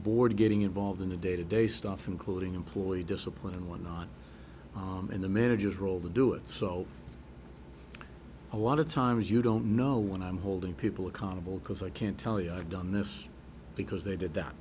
board getting involved in the day to day stuff including employee discipline and what not in the manager's role to do it so a lot of times you don't know when i'm holding people accountable because i can tell you i've done this because they did that